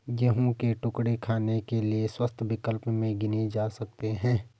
गेहूं के टुकड़े खाने के लिए स्वस्थ विकल्प में गिने जा सकते हैं